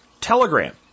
Telegram